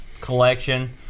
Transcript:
collection